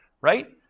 Right